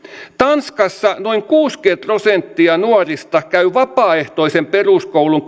tanskassa noin kuusikymmentä prosenttia nuorista käy vapaaehtoisen peruskoulun